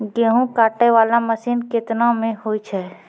गेहूँ काटै वाला मसीन केतना मे होय छै?